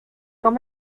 quand